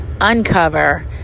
uncover